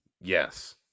Yes